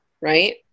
right